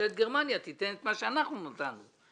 שממשלת גרמניה תיתן את מה שאנחנו נתנו.